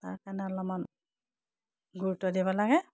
তাৰ কাৰণে অলপমান গুৰুত্ব দিব লাগে